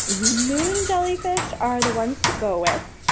moon jellyfish are the ones to go with.